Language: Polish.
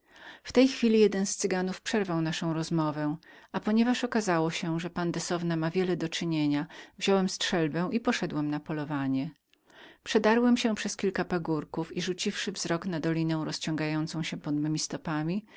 w tej chwili jeden z cyganów przerwał naczelnikowi opowiadanie zastawiono obiad że zaś pandesowna miał wiele do czynienia wziąłem strzelbę i poszedłem na polowanie przedarłem się przez kilka pagórków i rzuciwszy wzrok na dolinę rozciągającą się pod memi stopami